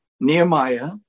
Nehemiah